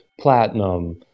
platinum